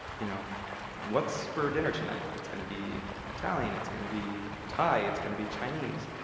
you know what's for dinner tonight? it's going to be italian. it's going to be thai. it's going to be chinese.